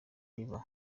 silva